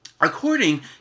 According